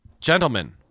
gentlemen